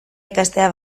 ikastea